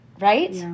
right